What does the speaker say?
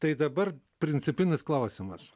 tai dabar principinis klausimas